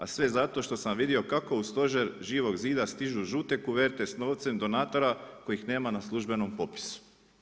A sve zato što sam vidio kako u stožer Živog zida stižu žute koverte s novce donatora kojih nema na službenom popisu.